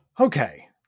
Okay